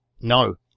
no